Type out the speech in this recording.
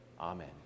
Amen